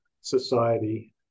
society